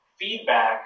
Feedback